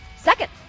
Second